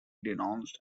denounced